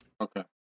Okay